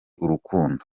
urukundo